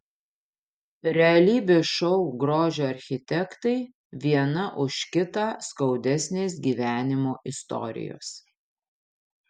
realybės šou grožio architektai viena už kitą skaudesnės gyvenimo istorijos